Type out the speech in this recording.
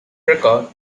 record